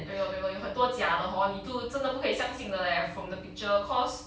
对 lor 对 lor 有很多假的 hor 你就真的不可以相信的 leh from the picture cause